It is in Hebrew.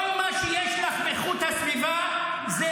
כל מה שיש לך באיכות הסביבה -- מה אתה אומר?